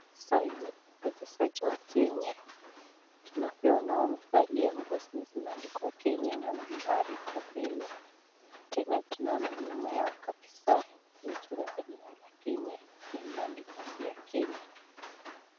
Wachezaji wa Kenya. Tunavyoona wamevalia nguo zenye zimeandikwa Kenya na nambari kwa mbele. Tena tunaona nyuma yao kabisa, imechorwa bendera la Kenya na imeandikwa pia Kenya.